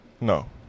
No